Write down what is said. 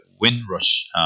Windrush